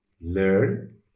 learn